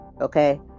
Okay